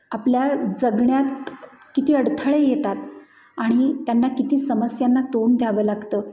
आपल्या जगण्यात किती अडथळे येतात आणि त्यांना किती समस्यांना तोंड द्यावं लागतं